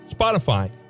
Spotify